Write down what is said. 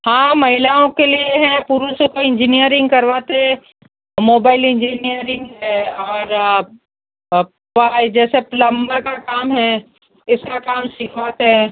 हाँ महिलाओं के लिए है पुरुषों को इंजीनियरिंग करवाते हैं मोबाइल इंजीनियरिंग है और अब जैसे प्लंबर का काम है उसका काम सिखाते हैं